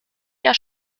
eher